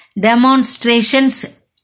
demonstrations